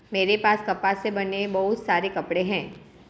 मेरे पास कपास से बने बहुत सारे कपड़े हैं